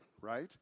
right